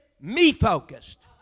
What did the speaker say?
me-focused